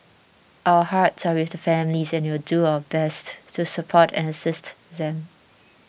our hearts are with the families and will do our best to support and assist them